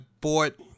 bought